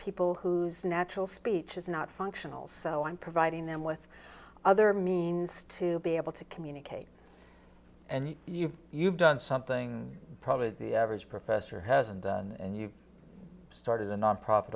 people whose natural speech is not functional so i'm providing them with other means to be able to communicate and you you've done something probably the average professor hasn't and you started a nonprofit